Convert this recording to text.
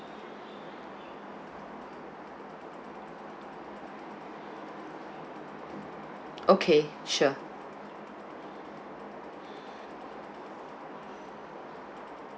okay sure